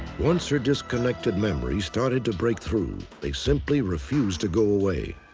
once her disconnected memories started to break through, they simply refused to go away.